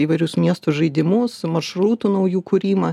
įvairius miesto žaidimus maršrutų naujų kūrimą